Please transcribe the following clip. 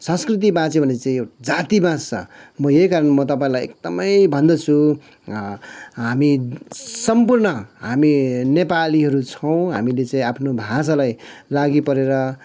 संस्कृति बाँच्यो भने चाहिँ जाति बाँच्छ म यही कारण म तपाईँलाई एकदमै भन्दछु हामी सम्पूर्ण हामी नेपालीहरू छौँ हामीले चाहिँ आफ्नो भाषालाई लागि परेर